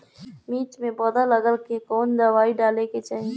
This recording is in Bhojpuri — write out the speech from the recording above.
मिर्च मे पौध गलन के कवन दवाई डाले के चाही?